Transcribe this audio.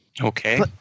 Okay